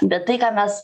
bet tai ką mes